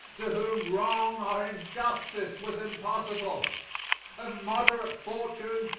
to whom wrong or injustice was impossible of moderate fortune,